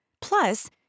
Plus